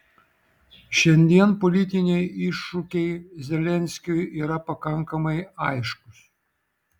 šiandien politiniai iššūkiai zelenskiui yra pakankamai aiškūs